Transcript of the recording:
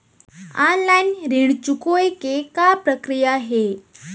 Online ऋण चुकोय के का प्रक्रिया हे?